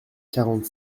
quarante